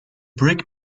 brake